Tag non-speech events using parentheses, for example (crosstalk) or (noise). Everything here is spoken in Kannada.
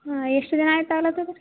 ಹಾಂ ಎಷ್ಟು ದಿನ ಆಯ್ತು (unintelligible)